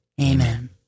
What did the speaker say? Amen